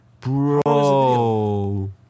Bro